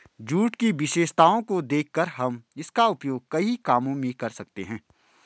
jute की विशेषताओं को देखकर हम इसका उपयोग कई कामों में कर सकते हैं